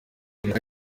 ariko